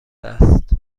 است